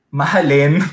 mahalin